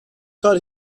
کار